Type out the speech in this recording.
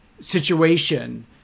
Situation